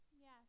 yes